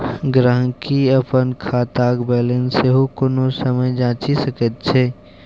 गहिंकी अपन खातक बैलेंस सेहो कोनो समय जांचि सकैत छै